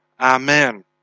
Amen